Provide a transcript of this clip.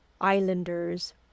Islanders